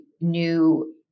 new